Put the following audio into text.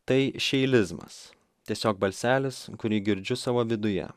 tai šeilizmas tiesiog balselis kurį girdžiu savo viduje